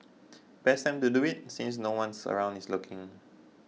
best time to do it since no one's around is looking